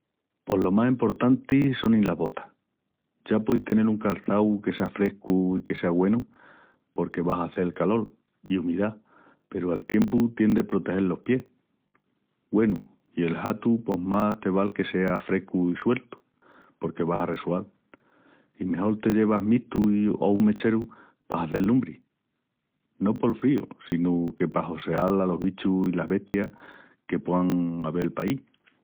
Pos lo más emportanti sonin las botas. Ya pueis tenel un calçau que sea frescu i que sea güenu porque va a hazel calol i umidá peru al tiempu tien de protegel los pies. Güenu, i el hatu pos más te val que sea frescu i sueltu porque vas a resual. I mejol te llevas mistus o un mecheru pa hazel lumbri. No pol fríu sino que pa hosseal alos bichus i las bestias que puean avel paí.